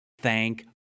Thank